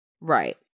Right